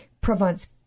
Provence